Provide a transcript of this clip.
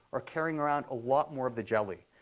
are carrying around a lot more of the jelly,